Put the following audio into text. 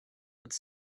would